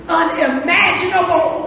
unimaginable